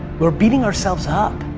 we're beating ourselves up.